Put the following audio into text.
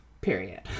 period